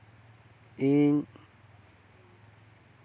ᱤᱧᱤᱧ